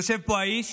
יושב פה האיש